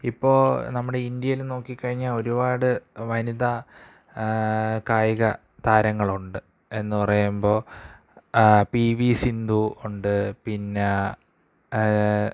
ഇപ്പോള് നമ്മുടെ ഇന്ത്യയില് നോക്കിക്കഴിഞ്ഞാല് ഒരുപാട് വനിതാ കായിക താരങ്ങള് ഉണ്ട് എന്ന് പറയുമ്പോള് പി വി സിന്ധു ഉണ്ട് പിന്നാ